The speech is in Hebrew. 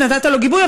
נתת לו גיבוי,